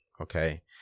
okay